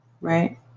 right